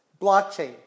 blockchain